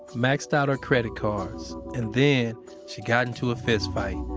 maxed out her credit cards and then she got into a fist fight,